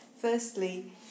Firstly